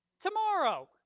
Tomorrow